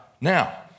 Now